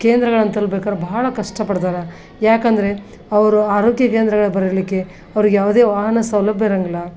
ಕೇಂದ್ರಗಳನ್ನು ತಲ್ಪಬೇಕಾರೆ ಬಹಳ ಕಷ್ಟಪಡ್ತಾರೆ ಯಾಕಂದರೆ ಅವರು ಆರೋಗ್ಯ ಕೇಂದ್ರಗಳಿಗೆ ಬರಲಿಕ್ಕೆ ಅವ್ರಿಗೆ ಯಾವುದೇ ವಾಹನ ಸೌಲಭ್ಯ ಇರಂಗಿಲ್ಲ